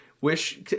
Wish